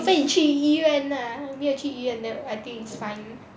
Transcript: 除非你去医院 lah 没有去医院 then I think it's fine